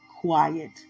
quiet